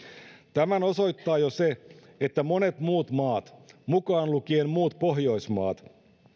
tämän osoittaa jo se että monet muut maat mukaan lukien muut pohjoismaat